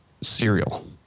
cereal